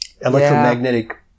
electromagnetic